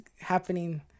happening